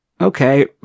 okay